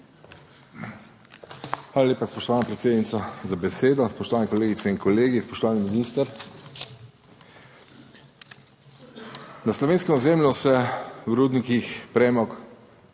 Hvala lepa, spoštovana predsednica za besedo. Spoštovane kolegice in kolegi, spoštovani minister! Na slovenskem ozemlju se v rudnikih premog